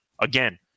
again